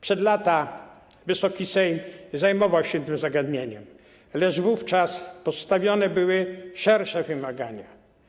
Przed laty Wysoki Sejm zajmował się tym zagadnieniem, lecz wówczas postawione były szersze wymagania.